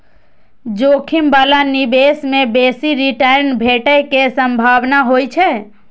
जोखिम बला निवेश मे बेसी रिटर्न भेटै के संभावना होइ छै